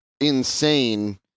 insane